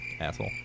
Asshole